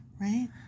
Right